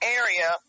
area